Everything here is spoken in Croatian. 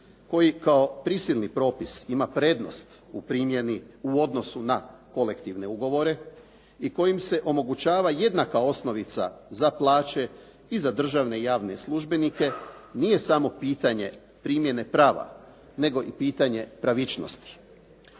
koji kao prisilni propis ima prednost u primjeni u odnosu na kolektivne ugovora i kojim se omogućava jednaka osnovica za plaće i za državne i javne službenike nije samo pitanje primjene prava nego i pitanje pravičnosti.